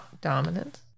Dominance